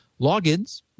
logins